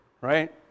right